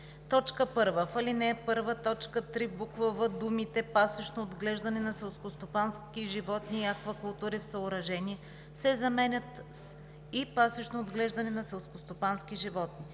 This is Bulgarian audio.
„1. В ал. 1, т. 3, буква „в“ думите „пасищно отглеждане на селскостопански животни и аквакултури в съоръжения“ се заменят с „и пасищно отглеждане на селскостопански животни“.